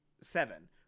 seven